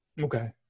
Okay